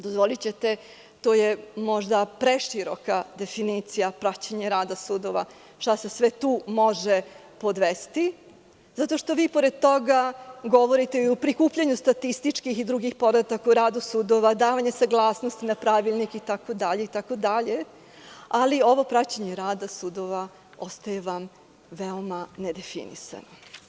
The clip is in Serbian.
Dozvolićete, to je možda preširoka definicija praćenja rada sudova, šta se sve tu može podvesti, zato što vi pored toga govorite i o prikupljanju statističkih i drugih podataka u radu sudova, davanju saglasnosti na pravilnik itd. ali ovo praćenje rada sudova ostaje vam veoma nedefinisano.